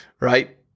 right